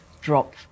drop